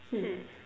hmm